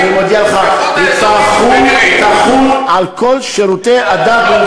אני מודיע לך שהיא תחול על כל שירותי הדת.